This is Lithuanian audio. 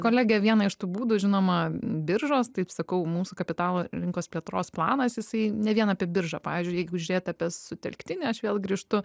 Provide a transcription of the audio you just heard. kolegė vieną iš tų būdų žinoma biržos taip sakau mūsų kapitalo rinkos plėtros planas jisai ne vien apie biržą pavyzdžiui jeigu žiūrėt apie sutelktinį aš vėl grįžtu